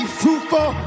fruitful